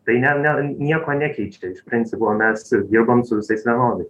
tai ne ne nieko nekeičia iš principo mes ir dirbam su visais vienodai